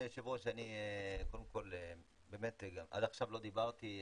היושב-ראש, עד עכשיו לא דיברתי.